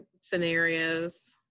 scenarios